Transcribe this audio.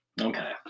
Okay